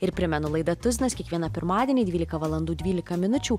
ir primenu laida tuzinas kiekvieną pirmadienį dvylika valandų dvylika minučių